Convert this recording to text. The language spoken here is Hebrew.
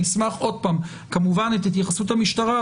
אני אשמח עוד פעם לשמוע את התייחסות המשטרה,